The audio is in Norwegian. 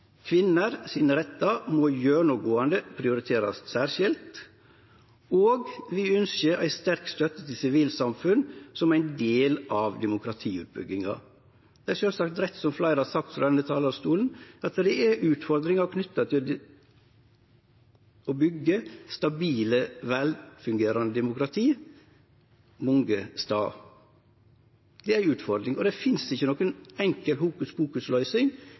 rettar må gjennomgåande prioriterast særskilt, og vi ønskjer ei sterk støtte til sivilsamfunn som ein del av demokratiutbygginga. Det er sjølvsagt rett, som fleire har sagt frå denne talarstolen, at det er utfordringar knytte til å byggje stabile, velfungerande demokrati mange stader, og det finst ikkje noka enkel hokus-pokus-løysing – det